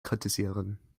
kritisieren